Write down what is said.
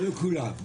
לא לכולם.